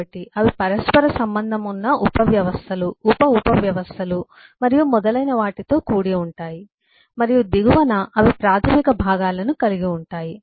కాబట్టి అవి పరస్పర సంబంధం ఉన్న ఉపవ్యవస్థలు ఉప ఉపవ్యవస్థలు మరియు మొదలైన వాటితో కూడి ఉంటాయి మరియు దిగువన అవి ప్రాథమిక భాగాలను కలిగి ఉంటాయి